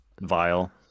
vile